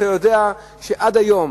אתה יודע שעד היום